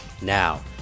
Now